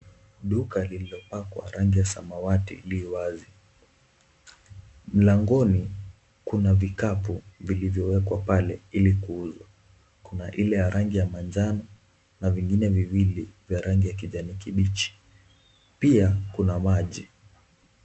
Duka lililopakwa rangi ya samawati lii wazi. Mlangoni kuna vikapu vilivyowekwa pale ili kuuzwa. Kuna ile ya rangi ya manjano na vile viwili vya rangi ya kijani kibichi. Pia kuna maji.